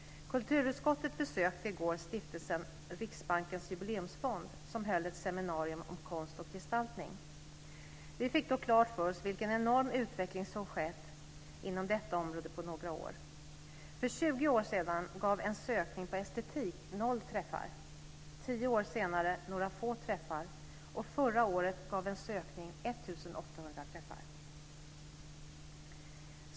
Kulturutskottet besökte i går Stiftelsen Riksbankens jubileumsfond som höll ett seminarium om konst och gestaltning. Vi fick då klart för oss vilken enorm utveckling som har skett inom detta område på några år. För 20 år sedan gav en sökning på estetik noll träffar. 10 år senare gav det några få träffar, och förra året gav en sökning 1 800 träffar.